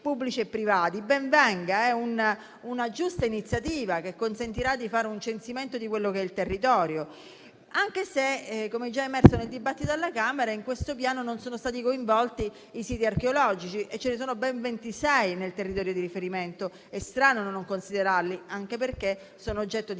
pubblici e privati. Ben venga, è una giusta iniziativa che consentirà di fare un censimento del territorio, anche se - come già emerso nel dibattito alla Camera - nel piano non sono stati coinvolti i siti archeologici. E ce ne sono ben ventisei nel territorio di riferimento. È strano non considerarli, anche perché sono oggetto di